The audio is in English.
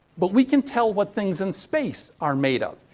but we can tell what things in space are made of.